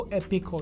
epic